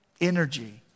energy